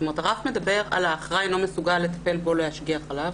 הרף מדבר על "האחראי על הקטין אינו מסוגל לטפל בו או להשגיח עליו